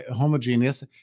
homogeneous